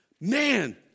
Man